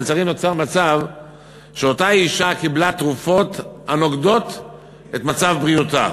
לצערי נוצר מצב שאותה אישה קיבלה תרופות הנוגדות את מצב בריאותה,